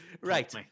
right